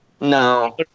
No